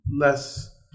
less